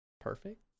Perfect